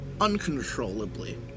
uncontrollably